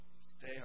Stay